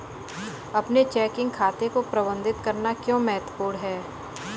अपने चेकिंग खाते को प्रबंधित करना क्यों महत्वपूर्ण है?